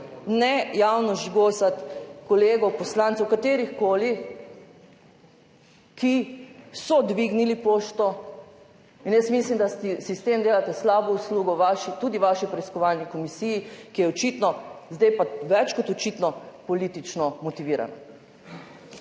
ne javno žigosati kolegov poslancev, katerihkoli, ki so dvignili pošto. Jaz mislim, da s tem delate slabo uslugo tudi vaši preiskovalni komisiji, ki je očitno zdaj pa več kot očitno politično motivirana.